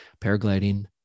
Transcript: paragliding